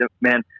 man